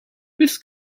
this